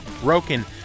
Broken